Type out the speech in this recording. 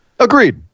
Agreed